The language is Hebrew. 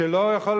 שלא יכול,